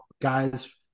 guys